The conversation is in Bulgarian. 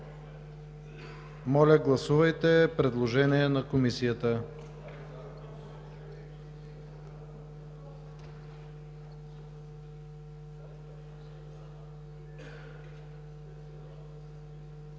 Моля, гласувайте предложение на Комисията.